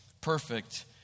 perfect